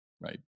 right